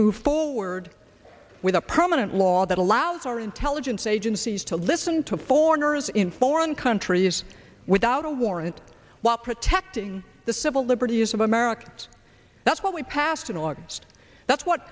move forward with a permanent law that allows our intelligence agencies to listen to foreigners in foreign countries without a warrant while protecting the civil liberties of americans that's what we pass